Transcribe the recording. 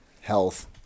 health